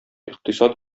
икътисад